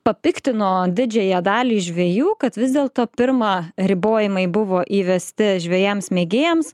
papiktino didžiąją dalį žvejų kad vis dėlto pirma ribojimai buvo įvesti žvejams mėgėjams